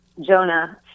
Jonah